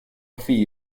fee